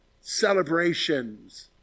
celebrations